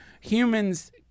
humans